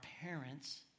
parents